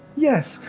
yes.